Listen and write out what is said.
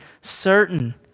certain